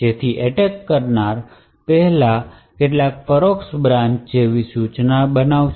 જેથી એટેક કરનાર પહેલા કેટલીક પરોક્ષ બ્રાન્ચ જેવી સૂચના બનાવશે